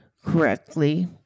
correctly